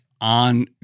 on